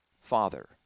Father